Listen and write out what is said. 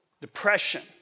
Depression